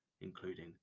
including